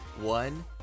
One